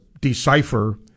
decipher